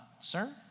Sir